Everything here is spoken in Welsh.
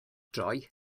droi